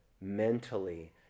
mentally